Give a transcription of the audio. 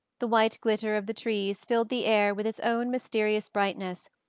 the white glitter of the trees filled the air with its own mysterious brightness,